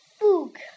Book